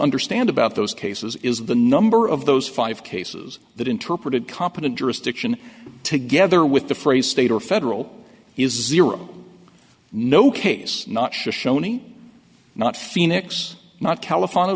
understand about those cases is the number of those five cases that interpreted competent jurisdiction together with the phrase state or federal is zero no case not shoni not phoenix not california